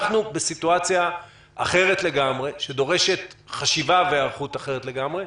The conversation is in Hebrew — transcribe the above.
אנחנו בסיטואציה אחרת לגמרי שדורשת חשיבה והיערכות אחרת לגמרי.